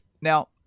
Now